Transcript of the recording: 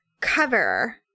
cover